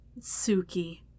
Suki